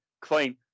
Clean